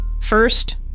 First